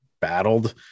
battled